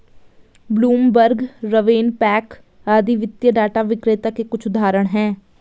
Bloomberg, RavenPack आदि वित्तीय data विक्रेता के कुछ उदाहरण हैं